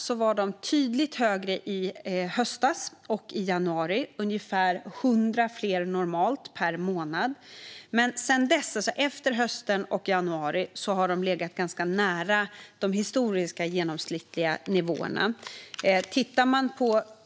De var betydligt fler i höstas och i januari; ungefär 100 fler än normalt per månad. Efter hösten och januari har de legat nära de historiskt genomsnittliga nivåerna.